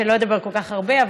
שאני לא אדבר כל כך הרבה.